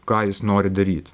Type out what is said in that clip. ką jis nori daryt